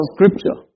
Scripture